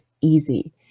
easy